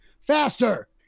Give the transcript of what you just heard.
faster